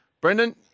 Brendan